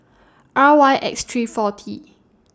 R Y X three four T